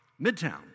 Midtown